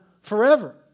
forever